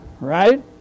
right